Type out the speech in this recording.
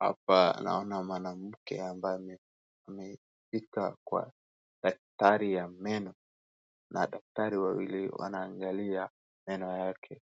Hapa naona mwanamke ambaye amefika kwa daktari ya meno, na daktari wawili wanaangalia meno yake,